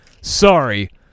Sorry